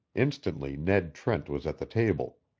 instantly ned trent was at the table.